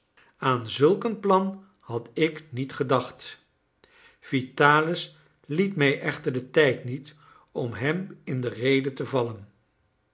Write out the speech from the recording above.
aan zulk een plan had ik niet gedacht vitalis liet mij echter den tijd niet om hem in de rede te vallen